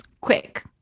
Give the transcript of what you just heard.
Quick